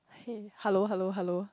hey hello hello hello